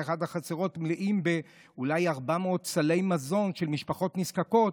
אחת החצרות הייתה מלאה בכ-400 סלי מזון למשפחות נזקקות,